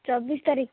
ଚବିଶ ତାରିଖ